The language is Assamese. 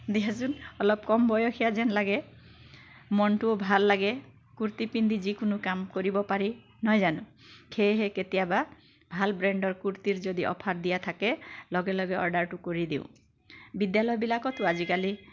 দিয়াচোন অলপ কম বয়সীয়া যেন লাগে মনটো ভাল লাগে কুৰ্তী পিন্ধি যিকোনো কাম কৰিব পাৰি নহয় জানো সেয়েহে কেতিয়াবা ভাল ব্ৰেণ্ডৰ কুৰ্তীৰ যদি অ'ফাৰ দিয়া থাকে লগে লগে অৰ্ডাৰটো কৰি দিওঁ বিদ্যালয়বিলাকতো আজিকালি